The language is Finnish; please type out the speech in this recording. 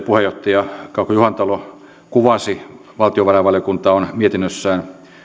puheenjohtaja kauko juhantalo kuvasi valtiovarainvaliokunta on mietinnössään